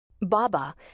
Baba